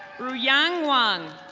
bru yang wan.